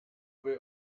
were